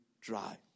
dry